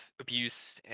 abuse